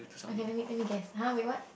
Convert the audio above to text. okay let me let me guess [huh] with what